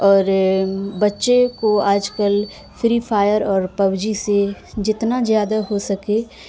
اور بچے کو آج کل فری فائر اور پب جی سے جتنا زیادہ ہو سکے